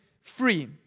free